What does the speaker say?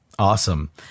Awesome